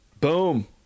boom